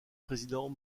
président